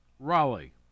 Raleigh